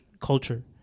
Culture